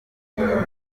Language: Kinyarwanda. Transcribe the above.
ntibikwiye